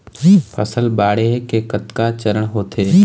फसल बाढ़े के कतका चरण होथे?